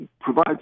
provide